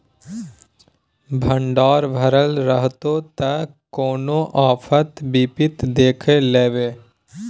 भंडार भरल रहतै त कोनो आफत विपति देख लेबै